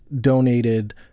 donated